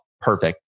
Perfect